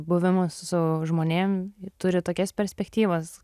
buvimas su žmonėm turi tokias perspektyvas